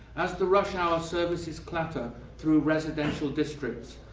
as the rush-hour services clatter through residential districts,